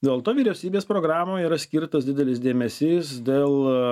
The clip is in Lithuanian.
dėl to vyriausybės programoj yra skirtas didelis dėmesys dėl